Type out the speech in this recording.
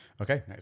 Okay